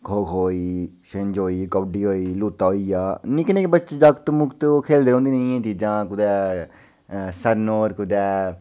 खो खो होई गेई छिंज होई गेई कौड्ढी होई गेई लूता होई गेआ निक्के निक्के बच्चे जागत मुकत ओह् खोलदे रौंह्दे इ'यै जनेहियां चीजां कुतै सनोर कुतै